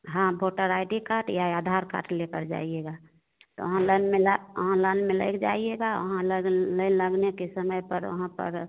हाँ voter I D card या Aadhaar card लेकर जाइएगा तो वहाँ लाइन में वहाँ लाइन में लग जाइएगा वहाँ लाइन लगने के समय पर वहाँ पर